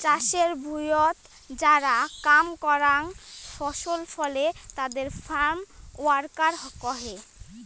চাষের ভুঁইয়ত যারা কাম করাং ফসল ফলে তাদের ফার্ম ওয়ার্কার কহে